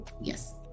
yes